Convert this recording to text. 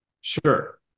Sure